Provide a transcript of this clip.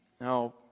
Now